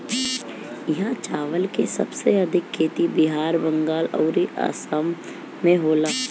इहा चावल के सबसे अधिका खेती बिहार, बंगाल अउरी आसाम में होला